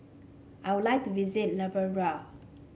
I would like to visit Liberia